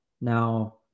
Now